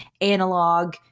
analog